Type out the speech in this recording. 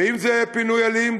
ואם זה יהיה פינוי אלים,